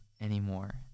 anymore